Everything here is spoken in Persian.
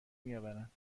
میآورند